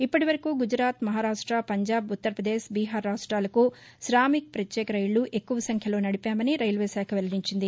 ఇప్పటివరకు గుజరాత్ మహారాష్ట పంజాబ్ ఉత్తర్వప్రదేశ్ బిహార్ రాష్ట్రాలకు శామిక్ పత్యేక రైళ్లు ఎక్కువ సంఖ్యలో సడిపామని రైల్వేశాఖ వెల్లడించింది